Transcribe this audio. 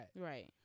Right